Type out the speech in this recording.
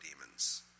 demons